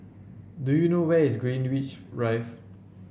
do you know where is Greenwich Drive